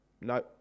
No